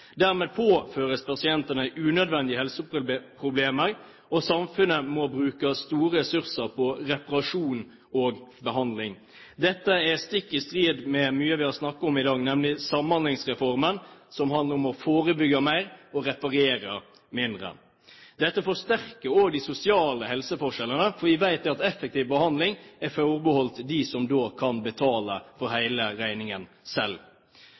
Dermed påføres pasientene unødvendige helseproblemer, og samfunnet må bruke store ressurser på reparasjon og behandling. Dette er stikk i strid med mye vi har snakket om i dag, nemlig Samhandlingsreformen, som handler om å forebygge mer og reparere mindre. Dette forsterker også de sosiale helseforskjellene, fordi vi vet at effektiv behandling er forbeholdt dem som kan betale hele regningen selv.